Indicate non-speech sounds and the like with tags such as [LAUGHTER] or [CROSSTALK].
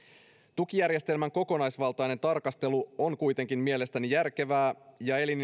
tukijärjestelmän kokonaisvaltainen tarkastelu on kuitenkin mielestäni järkevää ja elin [UNINTELLIGIBLE]